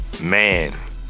Man